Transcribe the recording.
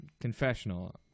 confessional